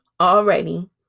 already